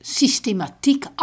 systematiek